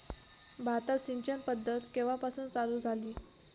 भारतात सिंचन पद्धत केवापासून चालू झाली?